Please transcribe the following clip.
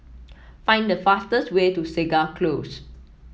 find the fastest way to Segar Close